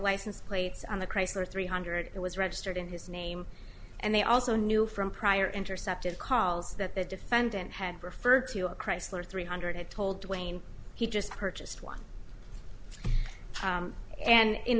license plates on the chrysler three hundred it was registered in his name and they also knew from prior intercepted calls that the defendant had referred to a chrysler three hundred had told wayne he just purchased one and in